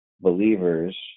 believers